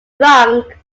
drunk